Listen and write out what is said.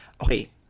Okay